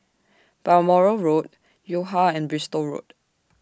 Balmoral Road Yo Ha and Bristol Road